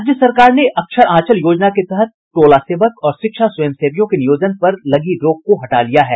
राज्य सरकार ने अक्षर आंचल योजना के तहत टोला सेवक और शिक्षा स्वयंसेवियों के नियोजन पर लगी रोक को हटा लिया है